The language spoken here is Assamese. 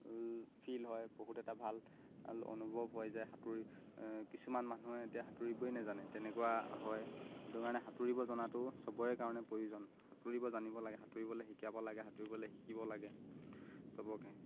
ফিল হয় বহুত এটা ভাল অনুভৱ হয় যে সাঁতুৰি কিছুমান মানুহে এতিয়া সাঁতুৰিবই নাজানে তেনেকুৱা হয় সেইটো কাৰণে সাঁতুৰিব জনাটো চবৰে কাৰণে প্ৰয়োজন সাঁতুৰিব জানিব লাগে সাঁতুৰিবলৈ শিকাব লাগে সাঁতুৰিবলৈ শিকিব লাগে চবকে